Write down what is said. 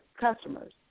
customers